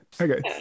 okay